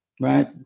right